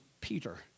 Peter